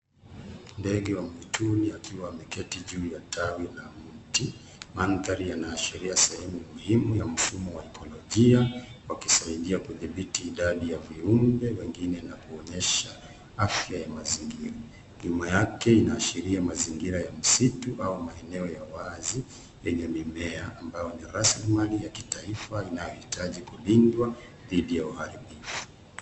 Denge wa mwituni akiwa ameketi juu ya tawi la mti. Mandhari yanaashiria sehemu muhimu ya mfumo wa ekolojia wakisaidia kudhibiti idadi ya viumbe wengine na kuonyesha afya ya mazingira. Nyuma yake inaashiria mazingira ya msitu au maeneo ya wazi yenye mimea ambao ni rasimali ya kitaifa inayohitaji kulindwa dhdi ya waharibifu.